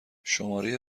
شماره